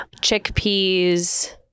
Chickpeas